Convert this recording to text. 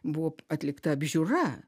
buvo atlikta apžiūra